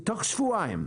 בתוך שבועיים,